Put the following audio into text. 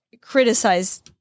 criticize